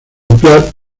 limpiar